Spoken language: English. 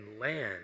land